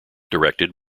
directed